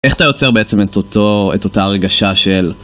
איך אתה יוצר בעצם את אותו, את אותה הרגשה של...